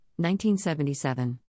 1977